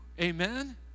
Amen